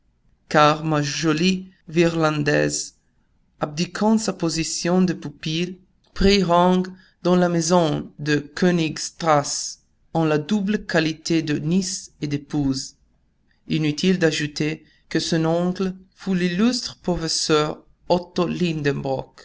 virlandaise abdiquant sa position de pupille prit rang dans la maison de knig strasse en la double qualité de nièce et d'épouse inutile d'ajouter que son oncle fut